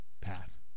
path